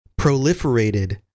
proliferated